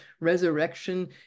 resurrection